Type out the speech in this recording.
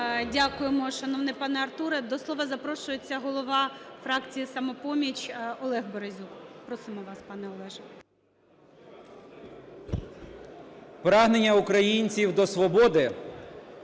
Дякуємо, шановний пане Артуре. До слова запрошується голова фракції "Самопоміч" Олег Березюк. Просимо вас, пане Олеже.